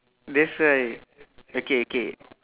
that's right okay okay